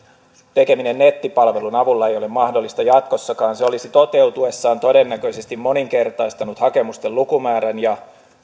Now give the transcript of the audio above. tekeminen nettipalvelun avulla ei ole mahdollista jatkossakaan se olisi toteutuessaan todennäköisesti moninkertaistanut hakemusten lukumäärän ja